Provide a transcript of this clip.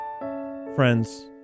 friends